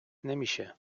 نمیشه